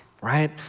right